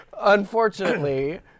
Unfortunately